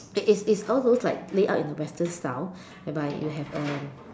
it's it's it's all those laid out in the Western style whereby you have a